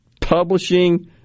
publishing